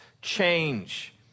change